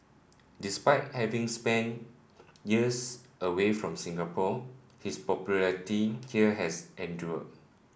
despite having spent years away from Singapore his popularity here has endured